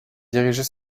diriger